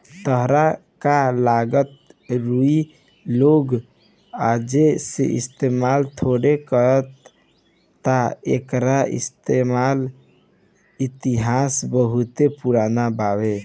ताहरा का लागता रुई लोग आजे से इस्तमाल थोड़े करता एकर इतिहास बहुते पुरान बावे